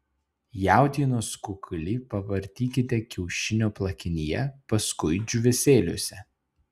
jautienos kukulį pavartykite kiaušinio plakinyje paskui džiūvėsėliuose